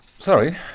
Sorry